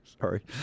Sorry